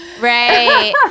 Right